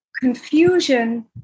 confusion